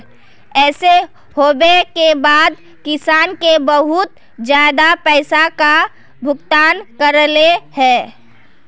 ऐसे होबे के बाद किसान के बहुत ज्यादा पैसा का भुगतान करले है?